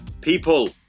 people